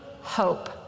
hope